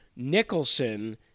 Nicholson